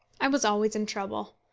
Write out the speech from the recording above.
i was always in trouble.